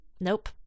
nope